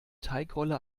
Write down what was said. teigrolle